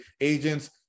agents